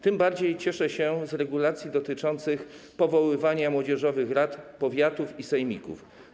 Tym bardziej cieszę się z regulacji dotyczących powoływania młodzieżowych rad powiatów i sejmików.